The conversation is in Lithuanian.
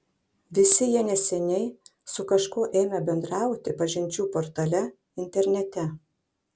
visi jie neseniai su kažkuo ėmė bendrauti pažinčių portale internete